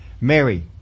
Mary